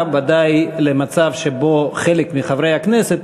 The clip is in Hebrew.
המליאה ודאי למצב שבו חלק מחברי הכנסת,